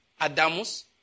Adamus